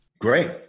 Great